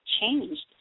changed